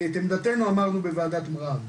כי את עמדתינו אמרנו בוועדת מררי.